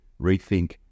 Rethink